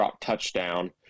touchdown